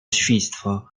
świństwo